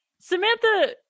Samantha